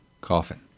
coffin